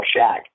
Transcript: Shaq